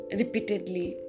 repeatedly